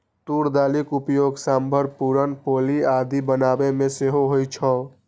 तूर दालिक उपयोग सांभर, पुरन पोली आदि बनाबै मे सेहो होइ छै